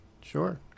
Sure